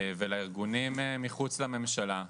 ולארגונים מחוץ לממשלה,